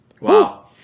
Wow